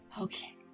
Okay